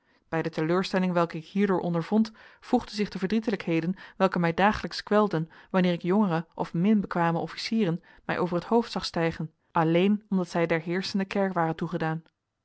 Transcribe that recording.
bij de teleurstelling welke ik hierdoor ondervond voegden zich de verdrietelijkheden welke mij dagelijks kwelden wanneer ik jongere of min bekwame officieren mij over t hoofd zag stijgen alleen omdat zij der heerschende kerk waren toegedaan